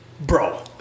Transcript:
bro